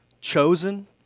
chosen